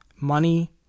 money